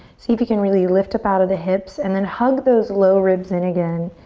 see if you can really lift up out of the hips and then hug those low ribs in again.